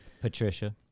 Patricia